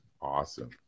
Awesome